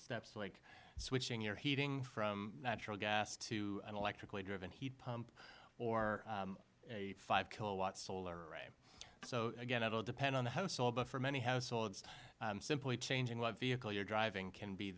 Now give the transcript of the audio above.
steps like switching your heating from natural gas to an electrically driven heat pump or a five kilowatts solar array so again it will depend on the household but for many households simply changing what vehicle you're driving can be